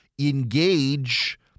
engage